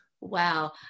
Wow